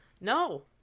no